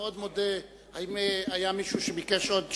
האם מישהו ביקש עוד שאלה?